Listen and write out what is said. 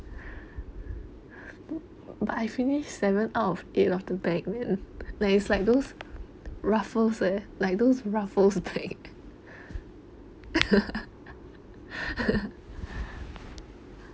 bu~ but I finished seven out of eight of the bag then like it's like those Ruffles eh like those Ruffles bag